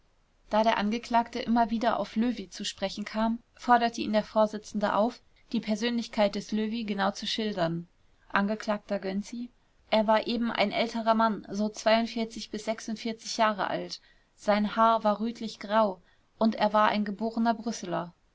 da der angeklagte immer wieder auf löwy zu sprechen kam forderte ihn der vorsitzende auf die persönlichkeit des löwy genau zu schildern angekl gönczi er war eben ein älterer mann so jahre alt sein haar war rötlich grau und er war ein geborener brüsseler